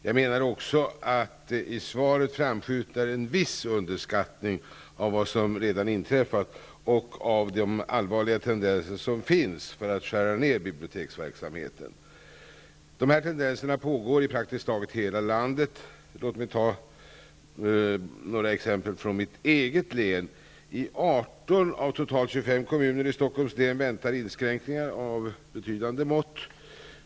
Jag menar också att i svaret framskymtar en viss underskattning av vad som redan inträffat och av de allvarliga tendenser som finns för att skära ned biblioteksverksamheten. Dessa tendenser pågår i praktiskt taget hela landet. Låt mig ta några exempel från mitt eget län. I 18 av totalt 25 kommuner i Stockholms län väntar inskränkningar av betydande mått.